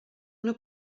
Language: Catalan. una